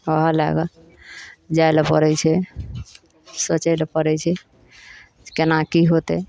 ओहो लए कऽ जाइ लए पड़ै छै सोचै लए पड़ै छै जे केना की होयतै